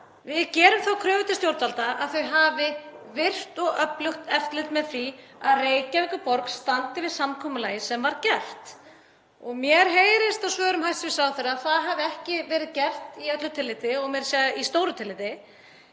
Við gerum þá kröfu til stjórnvalda að þau hafi virkt og öflugt eftirlit með því að Reykjavíkurborg standi við samkomulagið sem var gert. Mér heyrist af svörum hæstv. ráðherra að það hafi ekki verið gert í öllu tilliti og meira að segja í stóru tilliti.